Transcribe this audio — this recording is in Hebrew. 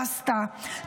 פסטה,